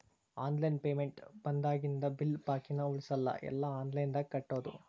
online payment ಬಂದಾಗಿಂದ bill ಬಾಕಿನ ಉಳಸಲ್ಲ ಎಲ್ಲಾ ಆನ್ಲೈನ್ದಾಗ ಕಟ್ಟೋದು